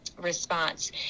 response